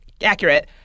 accurate